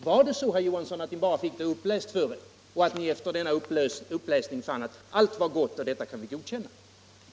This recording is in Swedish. Var det så, herr Johansson, att ni bara fick det uppläst för er och att ni efter denna uppläsning fann att allt var gott och att man kunde godkänna det?